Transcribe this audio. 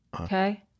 Okay